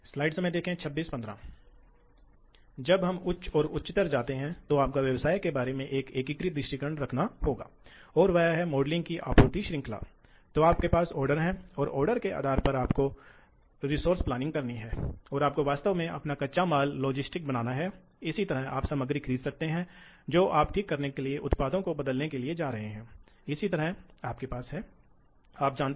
तो इस मामले में यह पता चलता है कि बिजली सामग्री को हटाने की दर पर निर्भर करती है इसलिए इसलिए निरंतर सामग्री हटाने की दर के लिए आमतौर पर विनिर्माण में हम इसे ठीक करने जा रहे हैं हम सामग्री हटाने की दर को ठीक करने जा रहे हैं यह निर्भर करता है